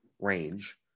range